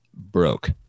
broke